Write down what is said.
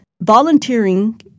volunteering